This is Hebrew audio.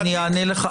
אני אענה לך.